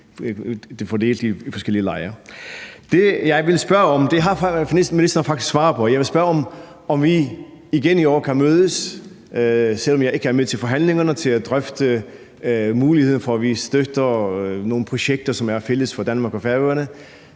folk fordele sig i forskellige lejre. Det, jeg vil spørge om, har finansministeren faktisk svaret på, for jeg vil spørge, om vi igen i år kan mødes, selv om jeg ikke er med til forhandlingerne, og drøfte muligheden for, at vi støtter nogle projekter, som er fælles for Danmark og Færøerne.